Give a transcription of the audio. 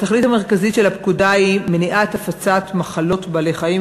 התכלית המרכזית של הפקודה היא מניעת הפצת מחלות בעלי-חיים,